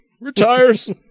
retires